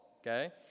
Okay